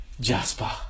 Jasper